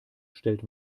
stellt